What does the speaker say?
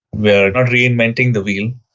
we are not reinventing the wheel.